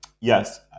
Yes